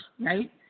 right